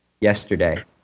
yesterday